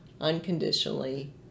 unconditionally